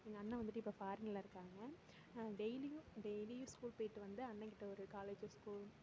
எங்கள் அண்ணன் வந்துட்டு இப்போ ஃபாரினில் இருக்காங்க நான் டெய்லியும் டெய்லியும் ஸ்கூல் போய்ட்டு வந்து அண்ணங்கிட்ட ஒரு காலேஜு ஸ்கூல்